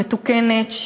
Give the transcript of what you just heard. מתוקנת,